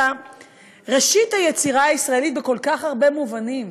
את ראשית היצירה הישראלית בכל כך הרבה מובנים.